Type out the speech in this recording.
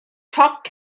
toc